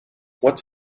what